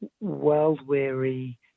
world-weary